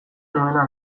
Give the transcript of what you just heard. nuena